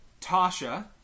Tasha